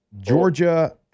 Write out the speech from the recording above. Georgia –